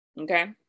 Okay